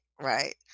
Right